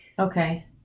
Okay